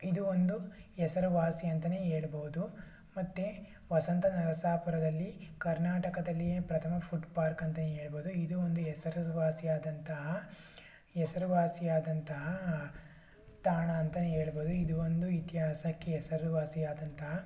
ಇದು ಒಂದು ಹೆಸರುವಾಸಿ ಅಂತಲೇ ಹೇಳಬಹುದು ಮತ್ತು ವಸಂತ ನರಸಾಪುರದಲ್ಲಿ ಕರ್ನಾಟಕದಲ್ಲಿಯೇ ಪ್ರಥಮ ಫುಡ್ ಪಾರ್ಕ್ ಅಂತ ಹೇಳಬಹುದು ಇದು ಒಂದು ಹೆಸರುವಾಸಿಯಾದಂತಹ ಹೆಸರುವಾಸಿಯಾದಂತಹ ತಾಣ ಅಂತಲೇ ಹೇಳಬಹುದು ಇದು ಒಂದು ಇತಿಹಾಸಕ್ಕೆ ಹೆಸರುವಾಸಿಯಾದಂತಹ